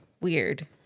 weird